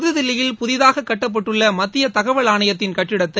புத்தில்லியில் புதிதாக கட்டப்பட்டுள்ள மத்திய தகவல் ஆணையத்தின் கட்டடத்தை